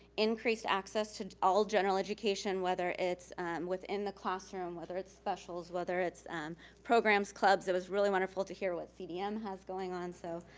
increased access to all general education, whether it's within the classroom, whether it's specials, whether it's programs, clubs, it was really wonderful to hear what cdm has going on, so.